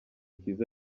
kiza